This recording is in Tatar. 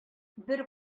бер